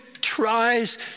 tries